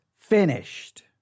finished